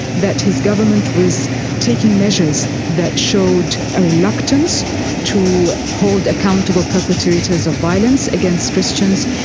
that his government was taking measures that showed a reluctance to hold accountable perpetrators of violence against christians,